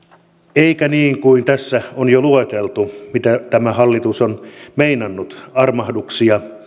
eikä niin kuin tässä on jo lueteltu mitä tämä hallitus on meinannut armahduksia